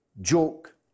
joke